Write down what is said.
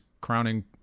crowning